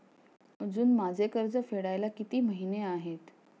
अजुन माझे कर्ज फेडायला किती महिने आहेत?